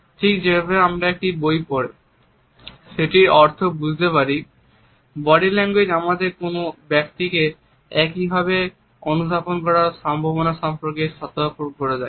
ঠিক যেভাবে আমরা একটি বই পড়ে সেটির অর্থ বুঝতে পারি বডি ল্যাঙ্গুয়েজ আমাদের কোনও ব্যক্তিকে একইভাবে অনুধাবন করার সম্ভাবনা সম্পর্কে সতর্ক করে দেয়